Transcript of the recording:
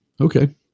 Okay